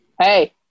Hey